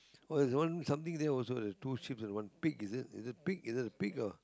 what is one something that also the two sheep's and one pig is it is it pig is it a pig or